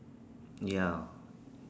ya